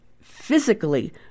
physically